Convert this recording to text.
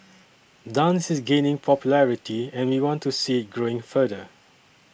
dance is gaining popularity and we want to see it growing further